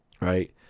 Right